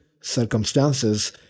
circumstances